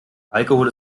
alkohol